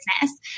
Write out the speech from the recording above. business